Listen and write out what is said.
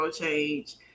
change